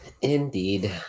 Indeed